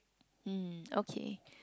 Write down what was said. mm okay